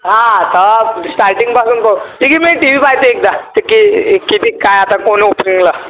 हा तर स्टार्टिंगपासून बघ ठीक आहे मी टी व्ही पाहते एकदा की ते किती काय आता कोण ओपनिंगला